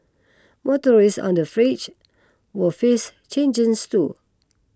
motorists on the fringe will face changes too